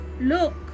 Look